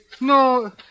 No